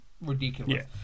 ridiculous